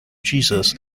jesus